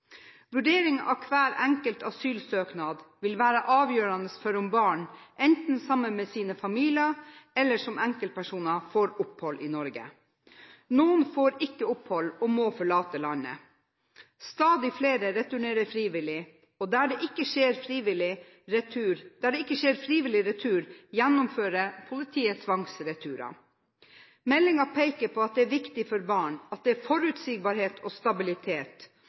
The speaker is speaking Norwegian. Vurdering av hver enkelt asylsøknad vil være avgjørende for om barn, enten sammen med sin familie eller som enkeltpersoner, får opphold i Norge. Noen får ikke opphold og må forlate landet. Stadig flere returnerer frivillig, og der det ikke skjer frivillig retur, gjennomfører politiet tvangsreturer. Meldingen peker på at det er viktig for barn at det er forutsigbarhet og stabilitet,